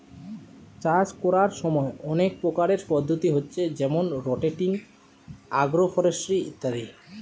চাষ কোরার সময় অনেক প্রকারের পদ্ধতি হচ্ছে যেমন রটেটিং, আগ্রফরেস্ট্রি ইত্যাদি